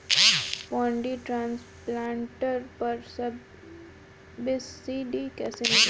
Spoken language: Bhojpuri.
पैडी ट्रांसप्लांटर पर सब्सिडी कैसे मिली?